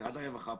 משרד הרווחה,